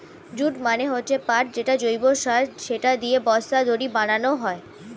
jute মানে হচ্ছে পাট যেটা জৈব ফসল, সেটা দিয়ে বস্তা, দড়ি বানানো হয়